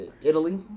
Italy